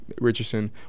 Richardson